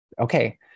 okay